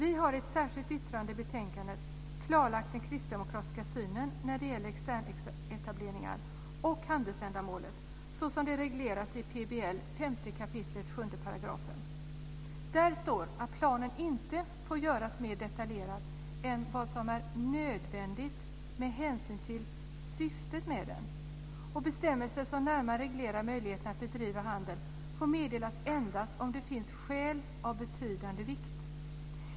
I ett särskilt yttrande i betänkandet har vi klarlagt den kristdemokratiska synen när det gäller externetableringar och handelsändamålet så som det regleras i Där står det att planen inte får göras mer detaljerad än som är nödvändigt med hänsyn till syftet med den. Bestämmelser som närmare reglerar möjligheterna att bedriva handel får meddelas endast om det finns skäl av betydande vikt.